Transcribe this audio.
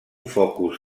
focus